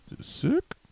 Sick